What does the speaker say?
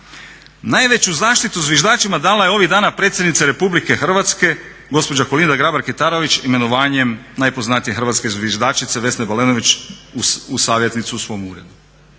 Najveću zaštitu zviždačima dala je ovih dana predsjednica Republike Hrvatske gospođa Kolinda Grabar-Kitarović imenovanjem najpoznatije hrvatske zviždačice Vesne Balenović u savjetnicu u svom uredu.